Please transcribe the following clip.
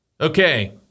Okay